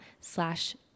slash